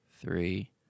three